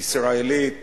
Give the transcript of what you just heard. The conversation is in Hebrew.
ישראלית